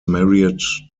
married